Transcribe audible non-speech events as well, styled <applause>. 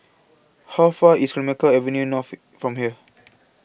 How Far IS Clemenceau Avenue North from here <noise>